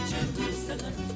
Jerusalem